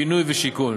בינוי ושיכון.